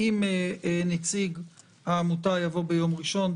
אם נציג העמותה יבוא ביום ראשון,